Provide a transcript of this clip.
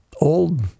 old